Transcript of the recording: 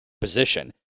position